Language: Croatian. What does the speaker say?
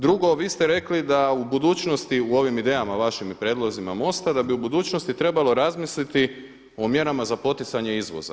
Drugo, vi ste rekli da u budućnosti u ovim idejama vašim i prijedlozima MOST-a da bi u budućnosti trebalo razmisliti o mjerama za poticanje izvoza.